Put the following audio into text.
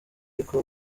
ariko